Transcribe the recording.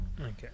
Okay